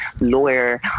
lawyer